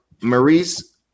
Maurice